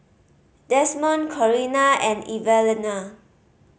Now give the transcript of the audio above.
Desmond Corrina and Evalena